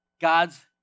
God's